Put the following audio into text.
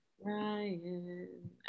Ryan